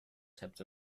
types